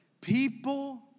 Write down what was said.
People